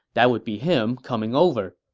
that would be him coming over